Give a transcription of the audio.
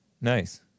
Nice